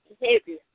behavior